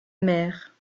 mère